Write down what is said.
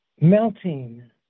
melting